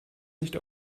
nicht